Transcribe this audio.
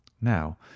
now